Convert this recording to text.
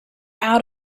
out